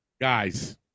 Guys